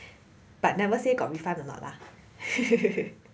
but never say got refund or not lah